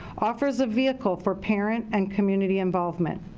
offers a vehicle for parent and community involvement.